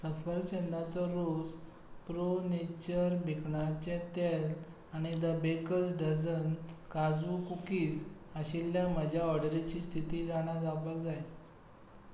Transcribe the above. सफरचंदाचो रोस Pro Nature भिकणांचे तेल आनी द बेकर्स डझन काजू कुकीज आशिल्ल्या म्हज्या ऑर्डरीची स्थिती जाणा जावपाक जाय